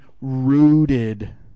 rooted